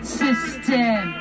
system